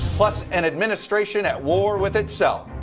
plus an administration at war with itself.